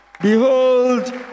Behold